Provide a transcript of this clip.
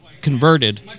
converted